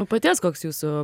o paties koks jūsų